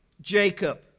Jacob